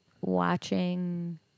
watching